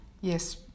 Yes